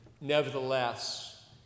nevertheless